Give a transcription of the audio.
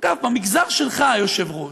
אגב, במגזר שלך, היושב-ראש,